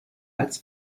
als